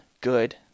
good